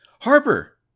Harper